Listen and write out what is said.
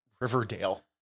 Riverdale